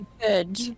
Good